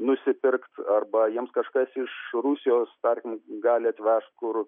nusipirkt arba jiems kažkas iš rusijos tarkim gali atvežt kur